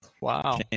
Wow